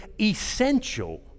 essential